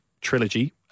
trilogy